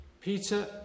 Peter